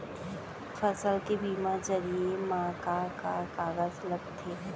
फसल के बीमा जरिए मा का का कागज लगथे?